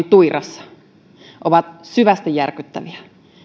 tuirassa ovat syvästi järkyttäviä